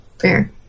fair